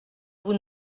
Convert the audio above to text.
vous